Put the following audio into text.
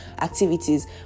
activities